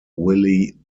willie